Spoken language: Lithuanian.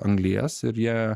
anglies ir jie